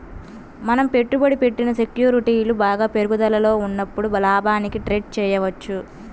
మనం పెట్టుబడి పెట్టిన సెక్యూరిటీలు బాగా పెరుగుదలలో ఉన్నప్పుడు లాభానికి ట్రేడ్ చేయవచ్చు